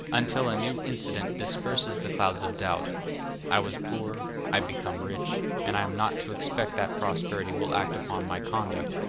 until a new incident disperses the clouds of doubt i was poor, i become rich, and i am not to expect that prosperity will act upon my conduct,